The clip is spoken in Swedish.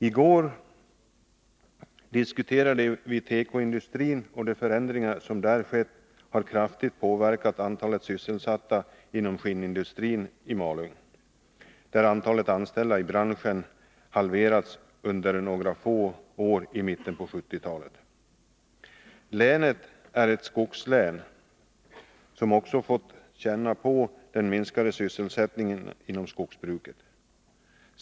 I går diskuterade vi tekoindustrin, och de förändringar som där skett har kraftigt påverkat antalet sysselsatta inom skinnindustrin i Malung. Antalet anställda i branschen halverades under några få år i mitten av 1970-talet. Länet är ett skogslän, och det har också fått känna på problemen med den minskade sysselsättningen inom skogsbruket.